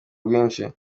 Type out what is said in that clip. rwinshi